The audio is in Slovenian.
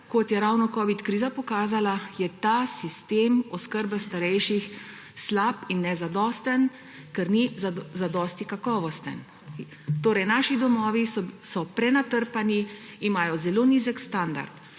kot je ravno kriza covida-19 pokazala, je ta sistem oskrbe starejših slab in nezadosten, ker ni dovolj kakovosten. Naši domovi so prenatrpani, imajo zelo nizek standard.